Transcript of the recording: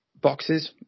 boxes